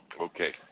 Okay